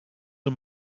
the